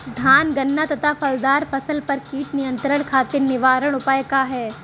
धान गन्ना तथा फलदार फसल पर कीट नियंत्रण खातीर निवारण उपाय का ह?